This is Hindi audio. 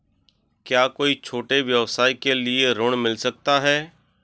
क्या कोई छोटे व्यवसाय के लिए ऋण मिल सकता है?